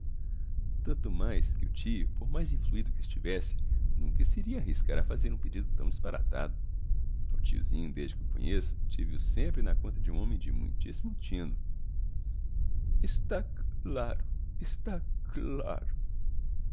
tanto mais que o tio por mais influido que estivesse nunca se iria arriscar a fazer um pedido tão disparatado o tiozinho desde que o conheço tive o sempre na conta de um homem de muitissimo tino está c laro está c laro